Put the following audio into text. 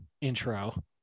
intro